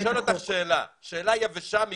אני שואל אותך שאלה יבשה מקצועית,